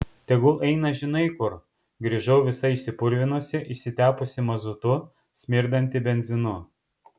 tegul eina žinai kur grįžau visa išsipurvinusi išsitepusi mazutu smirdanti benzinu